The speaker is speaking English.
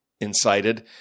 incited